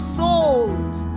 souls